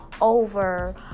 over